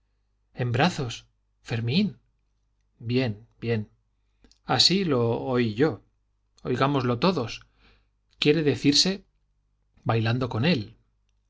en brazos fermín bien bien así lo oí yo oigámoslo todos quiere decirse bailando con él